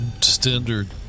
standard